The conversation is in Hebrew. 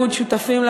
הציבור הכריע.